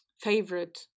favorite